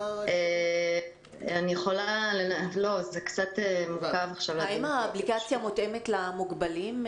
זה קצת מורכב עכשיו --- האם האפליקציה מותאמת למוגבלים,